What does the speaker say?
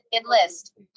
enlist